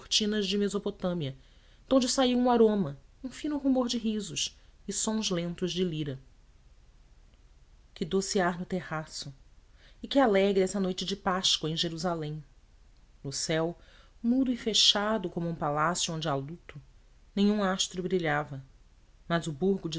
de mesopotâmia de onde saiu um aroma um fino rumor de risos e sons lentos de lira que doce ar no terraço e que alegre essa noite de páscoa em jerusalém no céu mudo e fechado como um palácio onde há luto nenhum astro brilhava mas o burgo